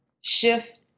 shift